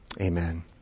amen